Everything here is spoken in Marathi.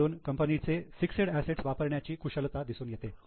यावरून कंपनीचे फिक्सेड असेट्स वापरण्याची कुशलता दिसून येते